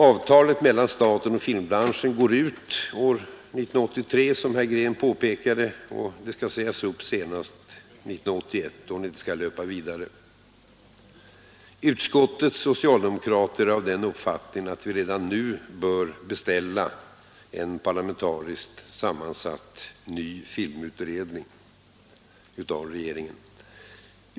Avtalet mellan staten och filmbranschen går, som herr Green påpekade, ut år 1983 och skall sägas upp senast 1981 om det inte skall löpa vidare. Utskottets socialdemokrater är av den uppfattningen att vi redan nu av regeringen bör beställa en parlamentariskt sammansatt ny filmutredning.